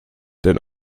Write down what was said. den